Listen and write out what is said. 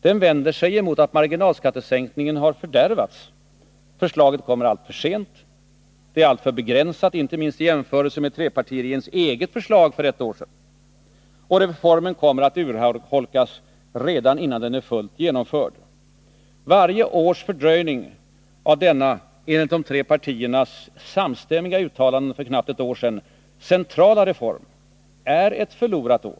Den vänder sig mot att marginalskattesänkningen har fördärvats. Förslaget kommer alltför sent. Det är alltför begränsat, inte minst i jämförelse med trepartiregeringens eget förslag för ett år sedan. Och reformen kommer att urholkas redan innan den är fullt genomförd. Varje års fördröjning av denna enligt de tre partiernas samstämmiga uttalanden för knappt ett år sedan centrala reform är ett förlorat år.